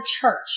church